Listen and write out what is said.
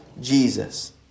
Jesus